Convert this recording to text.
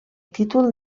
títol